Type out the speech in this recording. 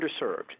underserved